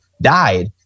died